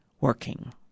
working